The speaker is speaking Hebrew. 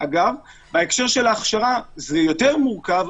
בהקשר של ההכשרה זה יותר מורכב,